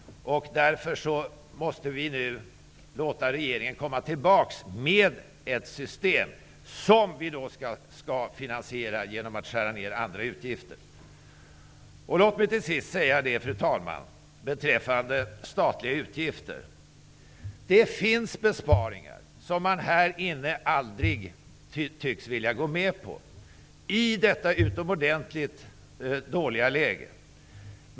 Därför måste vi nu låta regeringen komma tillbaks med förslag till ett system som vi skall finansiera genom att skära ned andra utgifter. Fru talman! Låt mig till sist beträffande statliga utgifter säga att det finns besparingar som man här inne tycks aldrig vilja gå med på, inte ens i detta utomordentligt dåliga läge.